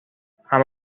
اما